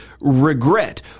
regret